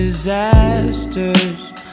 Disasters